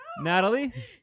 Natalie